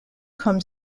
comme